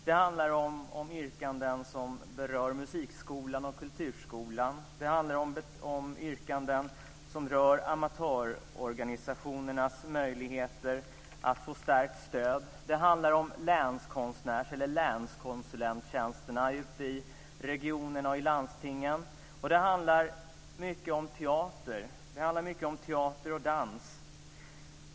Det handlar om yrkanden som berör musikskolan och kulturskolan. Det handlar om yrkanden som rör amatörorganisationernas möjligheter att få stärkt stöd. Det handlar om länskonsulenttjänsterna ute i regionerna och i landstingen. Och det handlar mycket om teater och dans.